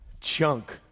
Chunk